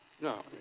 No